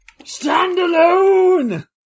Standalone